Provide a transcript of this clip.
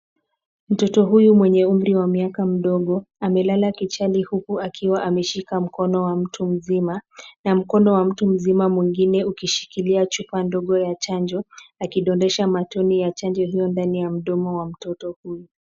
Mtoto huyu mwenye umri wa miaka mdogo amelala kichali huku akiwa ameshika mkono wa mtu mzima na mkono wa mtu mzima mwingine ukishikilia chupa ndogo ya chanjo, yakidondesha matone ya chanjo hiyo ndani ya mdomo wa mtoto huyu.